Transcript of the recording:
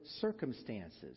circumstances